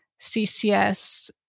CCS